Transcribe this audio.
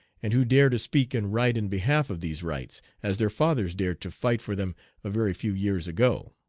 and who dare to speak and write in behalf of these rights, as their fathers dared to fight for them a very few years ago.